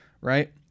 right